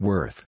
Worth